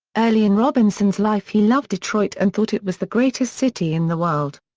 early in robinson's life he loved detroit and thought it was the greatest city in the world.